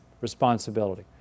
responsibility